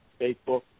Facebook